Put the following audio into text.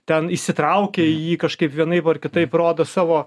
ten įsitraukia į jį kažkaip vienaip ar kitaip rodo savo